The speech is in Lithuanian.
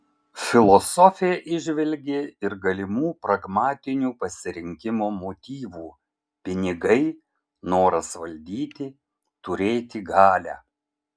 filosofė įžvelgė ir galimų pragmatinių pasirinkimo motyvų pinigai noras valdyti turėti galią